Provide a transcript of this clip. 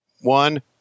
One